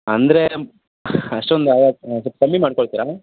ಅಂದರೆ ಅಷ್ಟೊಂದು ಆಗಕ್ಕೆ ಸ್ವಲ್ಪ ಕಮ್ಮಿ ಮಾಡ್ಕೊಳ್ತೀರಾ